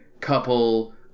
couple